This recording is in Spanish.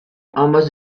ambas